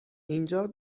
اینجا